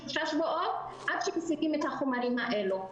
שלושה שבועות עד שמפיצים את החומרים האלה.